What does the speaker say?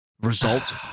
result